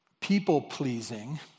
people-pleasing